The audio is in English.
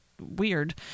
weird